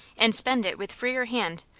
and spend it with freer hand,